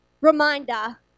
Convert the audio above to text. reminder